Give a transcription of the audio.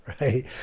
Right